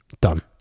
Done